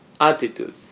attitude